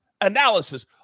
analysis